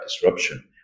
disruption